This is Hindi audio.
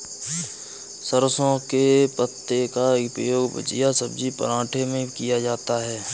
सरसों के पत्ते का उपयोग भुजिया सब्जी पराठे में किया जाता है